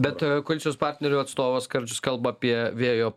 bet koalicijos partnerių atstovas skardžius kalba apie vėjo